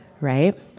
right